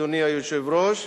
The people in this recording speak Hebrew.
אדוני היושב-ראש,